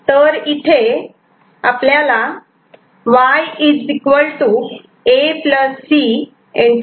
तर इथे आपल्याला Y A C